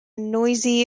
noisy